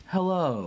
Hello